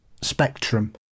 spectrum